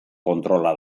kontrola